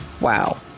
Wow